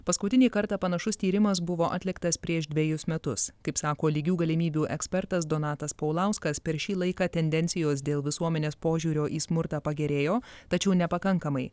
paskutinį kartą panašus tyrimas buvo atliktas prieš dvejus metus kaip sako lygių galimybių ekspertas donatas paulauskas per šį laiką tendencijos dėl visuomenės požiūrio į smurtą pagerėjo tačiau nepakankamai